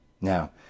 Now